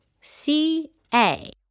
C-A